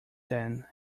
ten